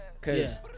Cause